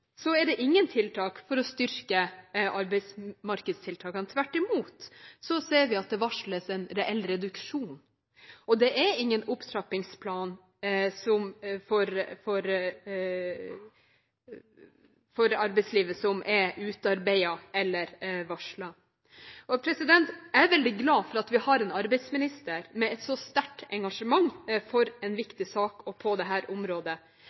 er det ingen tiltak for å styrke arbeidsmarkedstiltakene – tvert imot ser vi at det varsles en reell reduksjon. Det er ingen opptrappingsplan for arbeidslivet som er utarbeidet eller varslet. Jeg er veldig glad for at vi har en arbeidsminister med et så sterkt engasjement for en viktig sak på dette området, men jeg savner likevel en politikk som gir forutsigbarhet. Er det